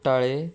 कुट्टाळे